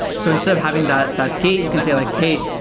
so instead of having that that gate, you can say like, hey,